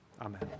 amen